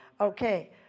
Okay